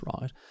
right